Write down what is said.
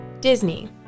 Disney